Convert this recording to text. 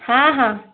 ହଁ ହଁ